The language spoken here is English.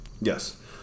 Yes